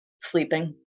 sleeping